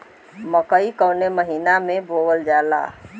मकई कवने महीना में बोवल जाला?